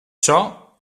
ciò